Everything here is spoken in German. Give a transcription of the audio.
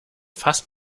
fass